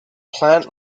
plant